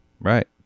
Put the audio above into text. right